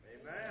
amen